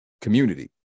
community